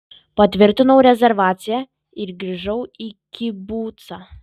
patvirtinau rezervaciją ir grįžau į kibucą